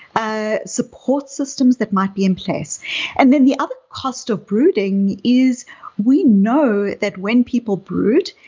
ah support systems that might be in place and then the other cost of brooding is we know that when people brood,